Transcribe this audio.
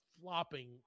flopping